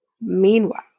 Meanwhile